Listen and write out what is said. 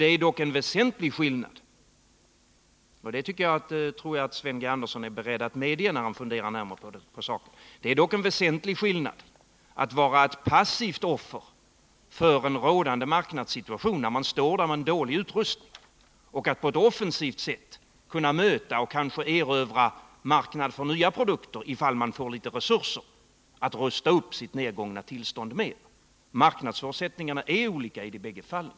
Det är dock en väsentlig skillnad — det tror jag att Sven Andersson är beredd att medge efter att ha funderat närmare på saken — mellan att vara ett passivt offer för en rådande marknadssituation, när man står där med en dålig utrustning, och att på ett offensivt sätt kunna möta och kanske erövra marknader för nya produkter, om man får litet resurser till att rusta upp sitt nedgångna tillstånd med. Marknadsförutsättningarna är olika i de båda fallen.